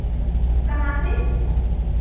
कहाँ पे